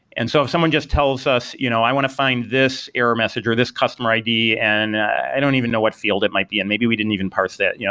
and so if someone just tells us, you know i want to find this error message or this customer id and i don't even know what field it might be, and maybe we didn't even parse that. yeah